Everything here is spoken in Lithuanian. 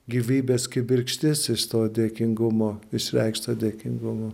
gyvybės kibirkštis iš to dėkingumo išreikšto dėkingumo